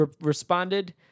responded